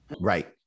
Right